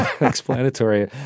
explanatory